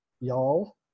Y'all